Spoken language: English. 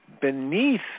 beneath